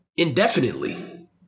indefinitely